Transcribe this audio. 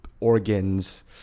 organs